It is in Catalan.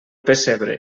pessebre